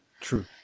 True